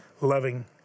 loving